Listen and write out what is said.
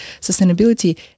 sustainability